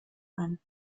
ein